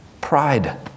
Pride